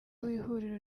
w’ihuriro